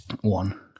One